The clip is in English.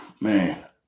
man